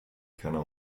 keiner